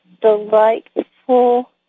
delightful